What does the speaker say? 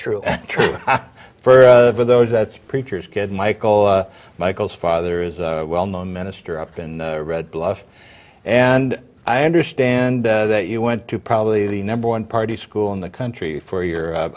true true for those that's a preacher's kid michael michael's father is a well known minister up in red bluff and i understand that you went to probably the number one party school in the country for your